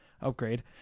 Upgrade